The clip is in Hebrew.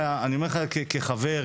אני אומר לך כחבר,